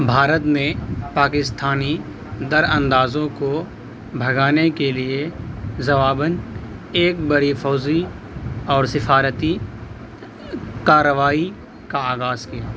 بھارت نے پاکستانی در اندازوں کو بھگانے کے لیے جواباً ایک بڑی فوجی اور سفارتی کارروائی کا آغاز کیا